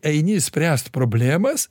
eini spręst problemas